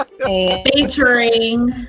featuring